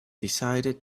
decided